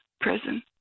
Prison